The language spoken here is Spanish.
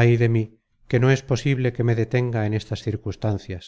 ay de mí que no es posible que me detenga en estas circunstancias